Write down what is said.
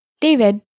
David